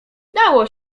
dało